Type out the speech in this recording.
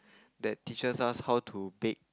that teaches us how to bake